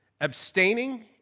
abstaining